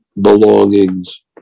belongings